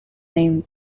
name